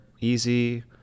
easy